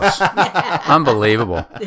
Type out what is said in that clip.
Unbelievable